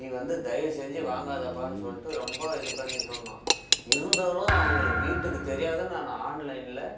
நீ வந்து தயவு செஞ்சு வாங்காதப்பான்னு சொல்லிவிட்டு ரொம்ப இது பண்ணி சொன்னான் இருந்தாலும் அவங்களுக்கு வீட்டுக்கு தெரியாத நான் ஆன்லைனில்